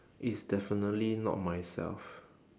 is definitely not myself